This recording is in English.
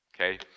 okay